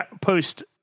post